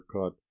cut